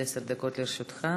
עד עשר דקות לרשותך.